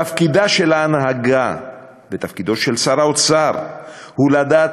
תפקידה של ההנהגה ותפקידו של שר האוצר הוא לדעת